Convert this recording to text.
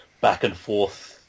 back-and-forth